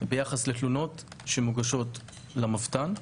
וביחס לתלונות שמוגשות למבת"ן,